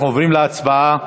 ביטן, מגיעה לך מילה טובה,